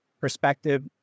perspective